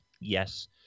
Yes